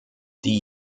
die